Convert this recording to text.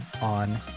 on